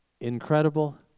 Incredible